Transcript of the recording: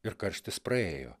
ir karštis praėjo